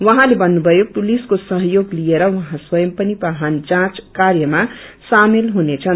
उहाँले भन्नुभयो पुलिसको सहयोग लिएर उह्यै स्वयम पनि वाहन जाँच कार्यमा शामेल हुनेछन्